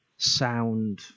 sound